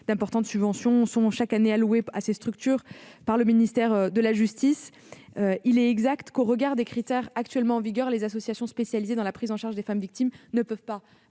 D'importantes subventions sont chaque année allouées à ces structures par le ministère de la justice. Il est exact que, au regard des critères actuellement en vigueur, les associations spécialisées dans la prise en charge des femmes victimes ne peuvent pas